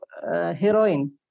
heroin